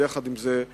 אבל יחד עם זאת,